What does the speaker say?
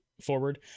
forward